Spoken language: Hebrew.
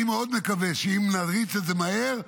אני מאוד מקווה שאם נריץ את זה מהר,